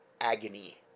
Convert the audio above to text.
agony